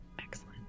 Excellent